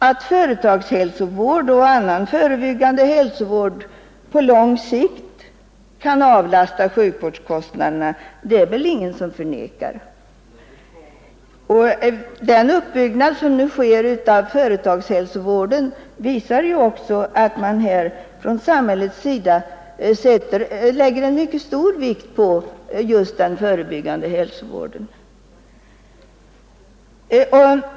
Att företagshälsovården och annan förebyggande hälsovård på lång sikt kan avlasta sjukvårdskostnaderna är det väl ingen som förnekar. Den uppbyggnad av företagshälsovården som nu sker visar ju också att man från samhällets sida fäster mycket stor vikt vid just den förebyggande hälsovården.